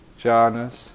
jhanas